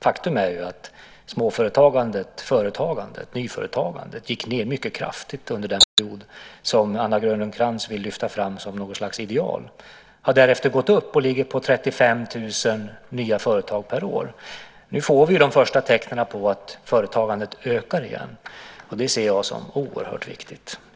Faktum är att småföretagandet, företagandet och nyföretagandet gick ned mycket kraftigt under den period som Anna Grönlund Krantz vill lyfta fram som något slags ideal. Därefter har det gått upp och ligger nu på 35 000 nya företag per år. Nu får vi de första tecknen på att företagande ökar igen. Det ser jag som oerhört viktigt.